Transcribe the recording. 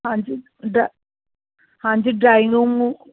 ਹਾਂਜੀ ਡ ਹਾਂਜੀ ਡਰਾਇੰਗ ਰੂਮ